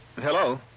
Hello